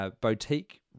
boutique